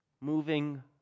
moving